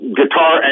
guitar